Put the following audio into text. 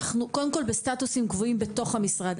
קודם כול בסטטוסים קבועים בתוך המשרד.